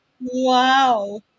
Wow